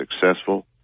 successful